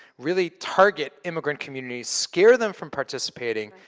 really target immigrant communities, scare them from participating,